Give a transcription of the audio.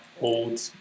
old